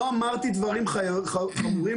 לא אמרתי דברים חמורים,